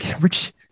Rich